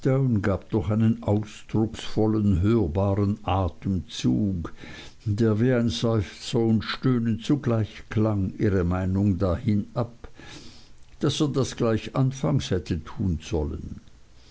gab durch einen ausdrucksvollen hörbaren atemzug der wie ein seufzer und stöhnen zugleich klang ihre meinung dahin ab daß er das gleich anfangs hätte tun sollen